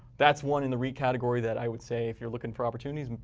that's one in the reit category that i would say, if you're looking for opportunities,